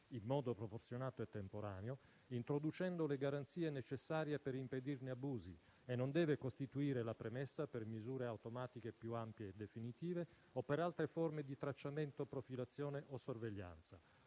in modo proporzionato e temporaneo, introducendo le garanzie necessarie per impedirne abusi, e che non deve costituire la premessa per misure automatiche più ampie e definitive o per altre forme di tracciamento, profilazione o sorveglianza.